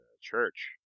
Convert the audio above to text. church